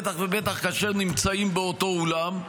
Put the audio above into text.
בטח ובטח כאשר הם נמצאים באותו האולם.